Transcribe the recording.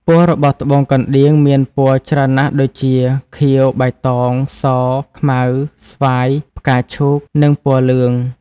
ពណ៍របស់ត្បូងកណ្តៀងមានពណ៌ច្រើនណាស់ដូចជា ខៀវ បៃតង ស ខ្មៅ ស្វាយ ផ្កាឈូក និងពណ៌លឿង។